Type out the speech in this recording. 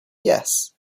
yes